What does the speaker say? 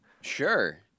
Sure